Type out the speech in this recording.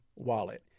Wallet